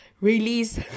Release